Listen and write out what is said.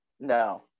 No